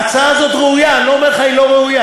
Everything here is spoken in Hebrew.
ההצעה הזאת ראויה, אני לא אומר לך שהיא לא ראויה.